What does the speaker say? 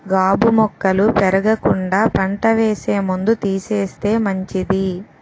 గాబు మొక్కలు పెరగకుండా పంట వేసే ముందు తీసేస్తే మంచిది